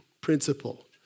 principle